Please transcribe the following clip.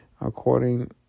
according